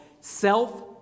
self